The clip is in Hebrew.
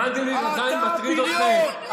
מנדלבליט עדיין מטריד אתכם.